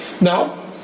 Now